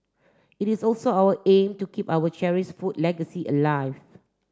it is also our aim to keep our cherish food legacy alive